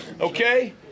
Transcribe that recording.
Okay